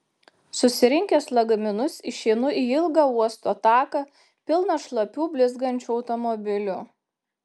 susirinkęs lagaminus išeinu į ilgą uosto taką pilną šlapių blizgančių automobilių